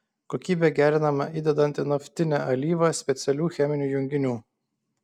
kokybė gerinama įdedant į naftinę alyvą specialių cheminių junginių